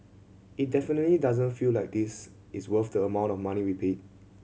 it definitely doesn't feel like this is worth the amount of money we paid